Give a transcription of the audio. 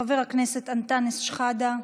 חבר הכנסת אנטאנס שחאדה,